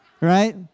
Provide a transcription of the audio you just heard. Right